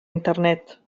internet